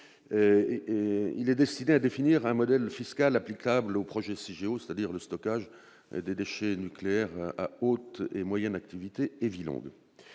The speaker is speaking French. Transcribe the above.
Il est destiné à définir un modèle fiscal applicable au projet Cigéo de stockage des déchets nucléaires à haute et moyenne activité et à vie longue.